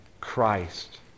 Christ